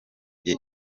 iyi